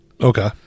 okay